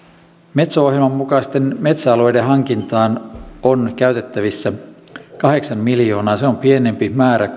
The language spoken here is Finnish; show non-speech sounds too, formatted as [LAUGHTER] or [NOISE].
metso ohjelman mukaisten metsäalueiden hankintaan on käytettävissä kahdeksan miljoonaa se on pienempi määrä [UNINTELLIGIBLE]